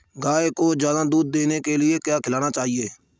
गाय को ज्यादा दूध देने के लिए क्या खिलाना चाहिए?